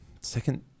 second